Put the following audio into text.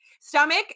Stomach